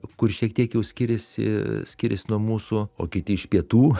kur šiek tiek jau skiriasi skiriasi nuo mūsų o kiti iš pietų